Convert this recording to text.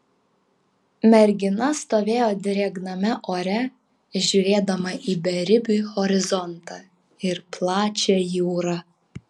mergina stovėjo drėgname ore žiūrėdama į beribį horizontą ir plačią jūrą